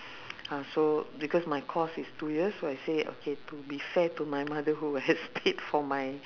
ah so because my course is two years so I say okay to be fair to my mother who has paid for my